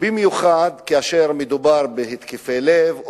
במיוחד כאשר מדובר בהתקפי לב,